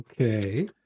Okay